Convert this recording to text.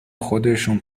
خودشون